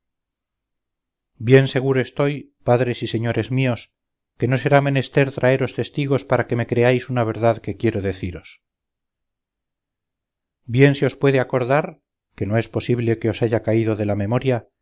bien seguro estoy padres y señores míos que no será menester traeros testigos para que me creáis una verdad que quiero deciros bien se os debe acordar que no es posible se os haya caído de la memoria con cuánto amor con cuán buenas entrañas hace hoy